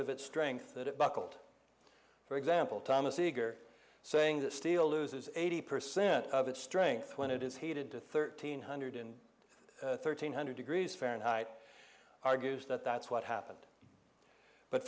of its strength that it buckled for example thomas eagar saying that steel loses eighty percent of its strength when it is heated to thirteen hundred and thirteen hundred degrees fahrenheit argues that that's what happened but